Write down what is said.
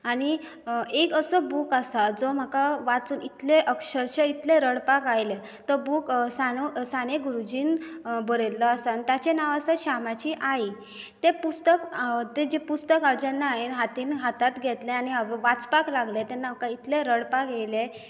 आनी एक असो बूक आसा जो वाचून म्हाका इतलें अक्षरशा अशें इतलें रडपाक आयलें तो बूक साने साने गुरूजीन बरयिल्लो आसा ताचें नांव आसा श्यामची आई तें पुस्तक तें जें पुस्तक जेन्ना हायेन हातींत हातांत घेतलें आनी वाचपाक लागलें तेन्ना म्हाका इतलें रडपाक येलें